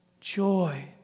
joy